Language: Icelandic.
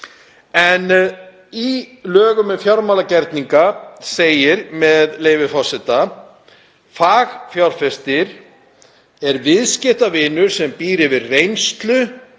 Í lögum um fjármálagerninga segir, með leyfi forseta: „Fagfjárfestir: Viðskiptavinur sem býr yfir reynslu,